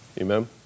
Amen